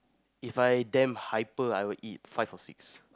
If I damn hyper I would eat five or six